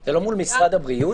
זה לא מול משרד הבריאות?